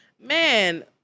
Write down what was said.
man